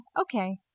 okay